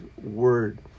word